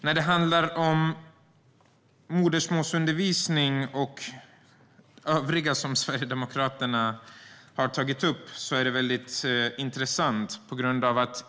När det handlar om modersmålsundervisning och övrigt som Sverigedemokraterna har tagit upp är det intressant.